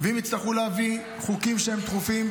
ואם יצטרכו להביא חוקים שהם דחופים,